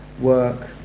work